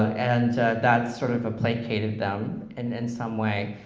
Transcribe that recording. and that sort of placated them and in some way,